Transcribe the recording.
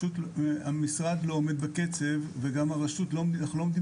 פשוט המשרד וגם הראשות אנחנו לא עומדים